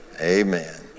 Amen